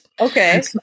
Okay